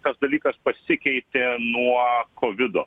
tas dalykas pasikeitė nuo kovido